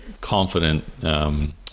confident